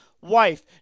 wife